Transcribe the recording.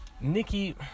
Nikki